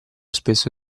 spesso